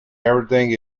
everything